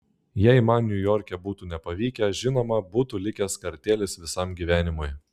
jei man niujorke būtų nepavykę žinoma būtų likęs kartėlis visam gyvenimui